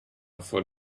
for